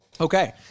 Okay